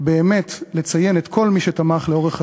באמת לציין את כל מי שתמך לאורך השנים,